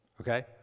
okay